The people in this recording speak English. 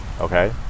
okay